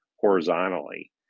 horizontally